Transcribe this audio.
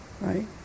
right